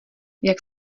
jak